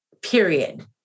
period